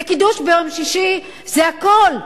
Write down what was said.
זה קידוש ביום שישי, זה הכול.